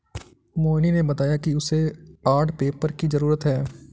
मोहिनी ने बताया कि उसे आर्ट पेपर की जरूरत है